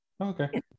Okay